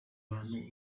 abantu